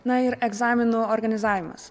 na ir egzaminų organizavimas